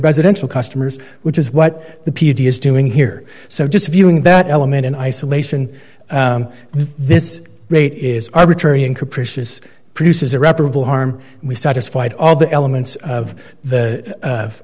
residential customers which is what the p d is doing here so just viewing that element in isolation this rate is arbitrary and capricious produces irreparable harm we satisfied all the elements of the of